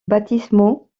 baptismaux